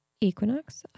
equinox